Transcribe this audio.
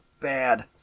bad